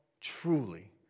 truly